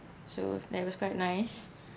so that was quite nice